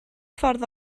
ffordd